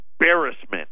embarrassment